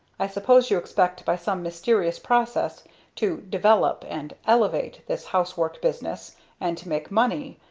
i suppose you expect by some mysterious process to develope and elevate this housework business and to make money.